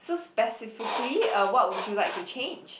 so specifically uh what would you like to change